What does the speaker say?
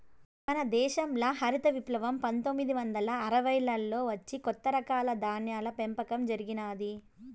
మన దేశంల హరిత విప్లవం పందొమ్మిది వందల అరవైలలో వచ్చి కొత్త రకాల ధాన్యాల పెంపకం జరిగినాది